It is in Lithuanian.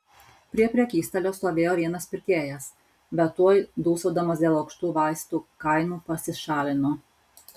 prie prekystalio stovėjo vienas pirkėjas bet tuoj dūsaudamas dėl aukštų vaistų kainų pasišalino